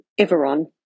Everon